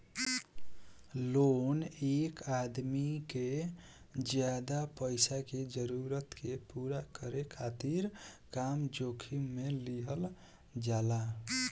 loan एक आदमी के ज्यादा पईसा के जरूरत के पूरा करे खातिर कम जोखिम में लिहल जाला